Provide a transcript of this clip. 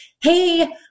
Hey